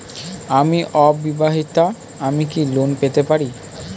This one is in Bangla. আমি অবিবাহিতা আমি কি লোন পেতে পারি?